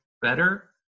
better